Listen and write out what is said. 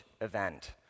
event